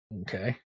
okay